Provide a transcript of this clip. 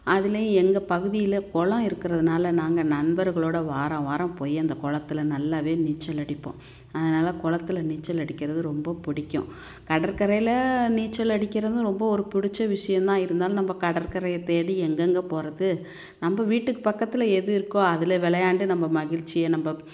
அதுலேயும் எங்கள் பகுதியில் குளம் இருக்கிறதுனால நாங்கள் நண்பர்களோடு வாரம் வாரம் போய் அந்த குளத்துல நல்லாவே நீச்சல் அடிப்போம் அதனால் குளத்துல நீச்சல் அடிக்கிறது ரொம்ப பிடிக்கும் கடற்கரையில் நீச்சல் அடிக்கிறதும் ரொம்ப ஒரு பிடிச்ச விஷயம் தான் இருந்தாலும் நம்ம கடற்கரையை தேடி எங்கெங்கே போகிறது நம்ம வீட்டுக்கு பக்கத்தில் எது இருக்கோ அதில் விளையாண்டு நம்ம மகிழ்ச்சிய நம்ம